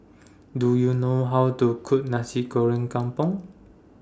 Do YOU know How to Cook Nasi Goreng Kampung